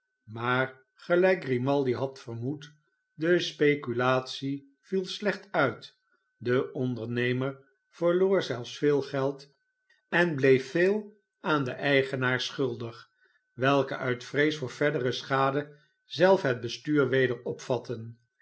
maar gelijk grimaldi had vermoed de speculatie viel slecht uit de ondernemer verloor zelfs veel geld en bleef veel aan de eigenaars schuldig welke uit vrees voor verdere schaden zelf het bestuur weder opvatten